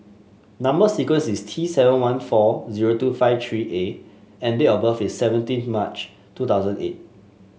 number sequence is T seven one four zero two five three A and date of birth is seventeen March two thousand eight